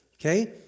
okay